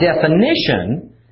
definition